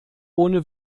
ohne